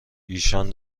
ایشان